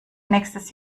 nächstes